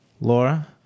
Laura